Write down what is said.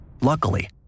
Luckily